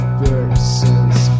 persons